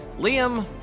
Liam